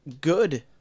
good